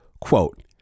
Quote